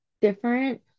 different